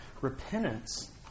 Repentance